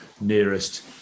nearest